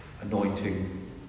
Anointing